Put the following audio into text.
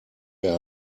mehr